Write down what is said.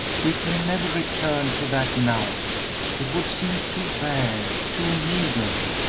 we can never return to that now it would seem too bare, too meagre.